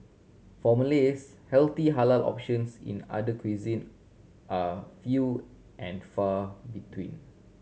for Malays healthy halal options in other cuisine are few and far between